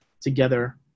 together